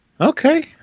Okay